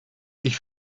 ich